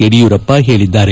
ಯಡಿಯೂರಪ್ಪ ಹೇಳಿದ್ದಾರೆ